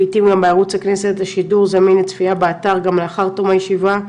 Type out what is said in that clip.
לעיתים הם בערוץ הכנסת לשידור זמין לצפייה באתר גם לאחר תוך הישיבה,